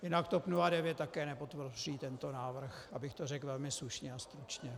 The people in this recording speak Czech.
Jinak TOP 09 také nepodpoří tento návrh, abych to řekl velmi slušně a stručně.